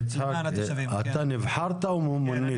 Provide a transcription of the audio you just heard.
יצחק, אתה נבחרת או מונית?